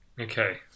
okay